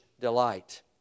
delight